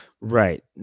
Right